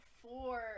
four